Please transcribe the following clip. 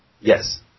Yes